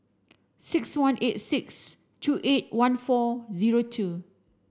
six one eight six two eight one four zero two